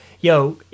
yo